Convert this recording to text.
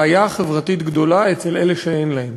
בעיה חברתית גדולה אצל אלה שאין להם.